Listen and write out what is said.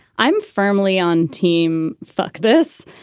i'm firmly on team. fuck this.